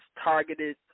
targeted